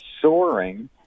soaring